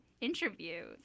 interviews